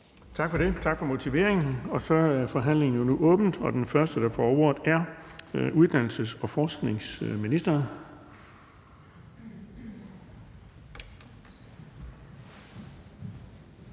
Tak for det, tak for motiveringen. Så er forhandlingen jo nu åbnet, og den første, der får ordet, er uddannelses- og forskningsministeren.